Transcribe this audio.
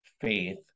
faith